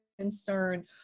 concern